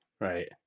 Right